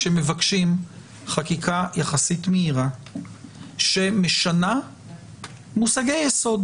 כשמבקשים חקיקה יחסית מהירה שמשנה מושגי יסוד